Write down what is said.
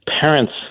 parents